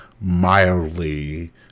mildly